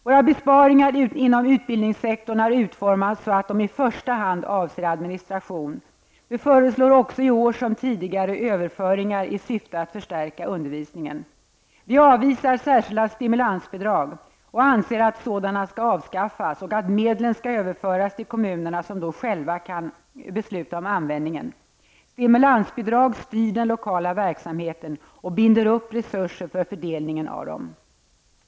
Våra besparingar inom utbildningssektorn har utformats så att de i första hand avser administration. Vi föreslår också i år som tidigare överföringar i syfte att förstärka undervisningen. Vi avvisar särskilda stimulansbidrag och anser att sådana skall avskaffas och medlen överföras till kommunerna, som då själva kan besluta om användningen. Stimulansbidrag styr den lokala verksamheten och binder upp resurser för fördelningen av dem.